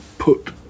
Put